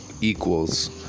equals